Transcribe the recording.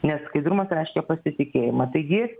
nes skaidrumas reiškia pasitikėjimą taigi